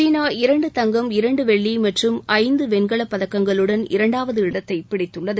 சீனா இரண்டு தங்கம் இரண்டு வெள்ளி மற்றும் ஐந்து வெண்கலப்பதக்கங்களுடன் இரண்டாவது இடத்தை பிடித்துள்ளது